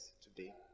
today